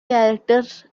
characters